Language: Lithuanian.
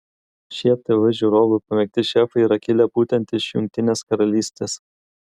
šie tv žiūrovų pamėgti šefai yra kilę būtent iš jungtinės karalystės